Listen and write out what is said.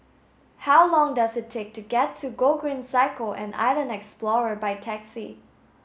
how long does it take to get to Gogreen Cycle and Island Explorer by taxi